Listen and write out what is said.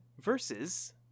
versus